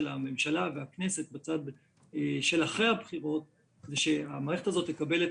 הממשלה והכנסת אחרי הבחירות היא שהמערכת הזאת תקבל את